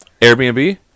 Airbnb